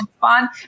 fun